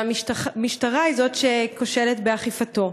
והמשטרה היא זאת שכושלת באכיפתו.